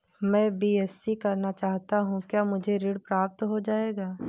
मैं बीएससी करना चाहता हूँ क्या मुझे ऋण प्राप्त हो जाएगा?